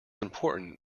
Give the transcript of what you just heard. important